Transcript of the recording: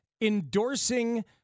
endorsing